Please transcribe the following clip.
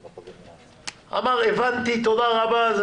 אמר, הבנתי, תודה רבה.